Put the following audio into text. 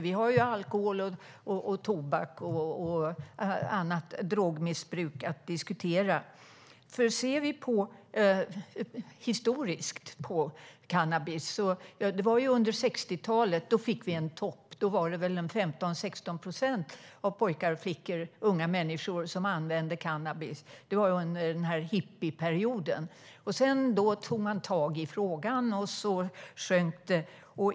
Vi har ju alkohol, tobak och annat drogmissbruk att diskutera. Låt oss se historiskt på cannabis. Under 60-talet fick vi en topp. Då var det 15-16 procent av pojkar och flickor, unga människor, som använde cannabis. Det var under hippieperioden. Sedan tog man tag i frågan, och siffrorna sjönk.